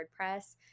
wordpress